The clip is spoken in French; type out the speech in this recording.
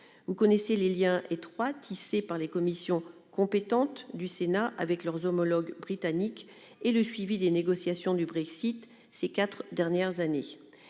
Il sait les liens étroits tissés par les commissions compétentes du Sénat avec leurs homologues britanniques et leur rôle dans le suivi des négociations du Brexit ces quatre dernières années.